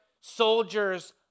soldiers